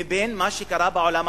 ובין מה שקרה בעולם הערבי,